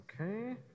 Okay